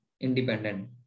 independent